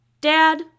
Dad